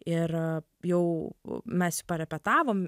ir jau mes jį parepetavom